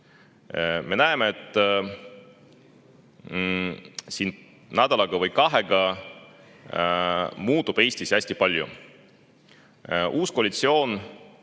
Me näeme, et nädala või kahega muutub Eestis hästi palju. Uus koalitsioon